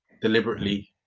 deliberately